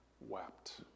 wept